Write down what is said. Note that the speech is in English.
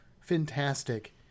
fantastic